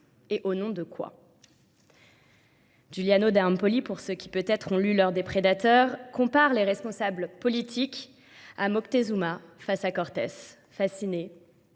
et au nom de quoi ? Giuliano d'Ampoli, pour ceux qui peut-être ont lu l'heure des prédateurs, compare les responsables politiques à Moctezuma face à Cortez, fasciné,